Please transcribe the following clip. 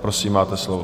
Prosím, máte slovo.